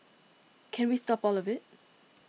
can we stop all of it